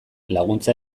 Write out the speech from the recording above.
laguntza